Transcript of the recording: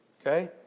okay